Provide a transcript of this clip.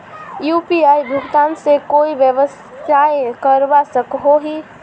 UPI भुगतान से कोई व्यवसाय करवा सकोहो ही?